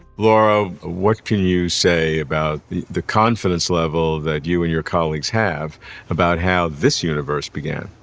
laura, what can you say about the the confidence level that you and your colleagues have about how this universe began?